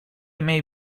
may